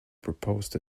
proposed